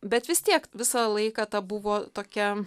bet vis tiek visą laiką ta buvo tokia